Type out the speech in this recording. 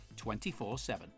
24-7